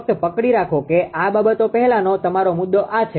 ફક્ત પકડી રાખો કે આ બાબતો પહેલાનો તમારો મુદ્દો આ છે